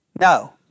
No